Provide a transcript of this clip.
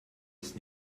ist